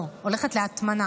לא, הולכת להטמנה.